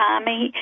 Army